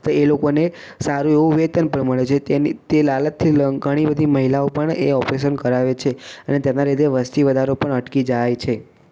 તો એ લોકોને સારું એવું વેતન પણ મળે છે જેની તે લાલચથી ઘણી બધી મહિલાઓ પણ એ ઓપરેશન કરાવે છે અને તેના લીધે વસ્તી વધારો પણ અટકી જાય છે